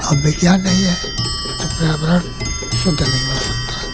और विज्ञान नहीं है तो प्रयावरण शुद्ध नहीं हो सकता